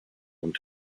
und